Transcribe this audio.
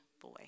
boy